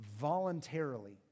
voluntarily